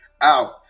out